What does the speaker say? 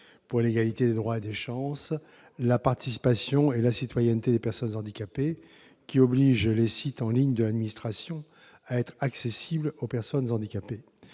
pour l'égalité des droits et des chances, la participation et la citoyenneté des personnes handicapées qui oblige les sites en ligne de l'administration à être accessibles aux personnes handicapées.